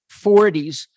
40s